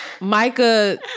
Micah